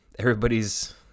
Everybody's